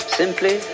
simply